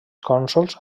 cònsols